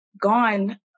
gone